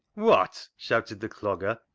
wot! shouted the clogger,